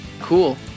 Cool